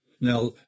Now